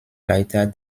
leiter